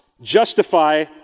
justify